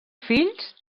fills